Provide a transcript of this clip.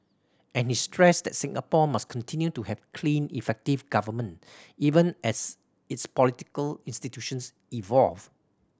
and he stressed that Singapore must continue to have clean effective government even as its political institutions evolve